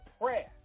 prayer